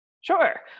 Sure